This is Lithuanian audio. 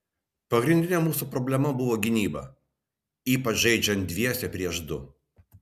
pagrindinė mūsų problema buvo gynyba ypač žaidžiant dviese prieš du